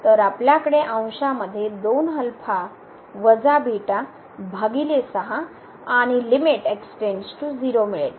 तरआपल्याकडे अंशामध्ये भागिले 6 आणि लिमिट मिळेल